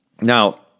Now